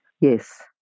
Yes